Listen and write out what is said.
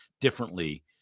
differently